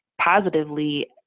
positively